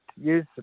use